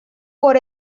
por